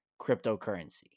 cryptocurrency